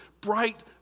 bright